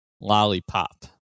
lollipop